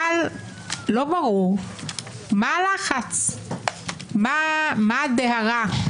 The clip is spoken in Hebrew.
אבל לא ברור מה הלחץ; מה הדהרה.